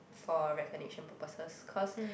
for recognition purpose cause